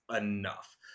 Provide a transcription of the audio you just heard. enough